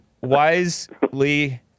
wisely